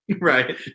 right